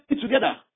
together